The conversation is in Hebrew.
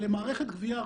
למערכת גביה ארצית.